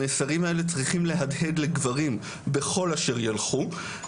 המסרים האלה צריכים להדהד לגברים בכל אשר ילכו.